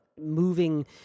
moving